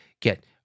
get